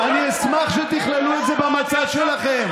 לא להחליף את השלטון במדינת ישראל,